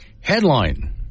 Headline